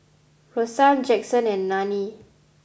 Rosann Jaxson and Nanie